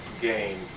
game